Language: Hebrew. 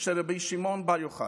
של רבי שמעון בר יוחאי: